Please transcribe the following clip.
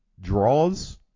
draws